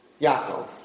Yaakov